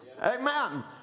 Amen